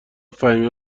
فهیمه